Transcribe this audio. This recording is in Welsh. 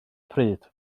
pryd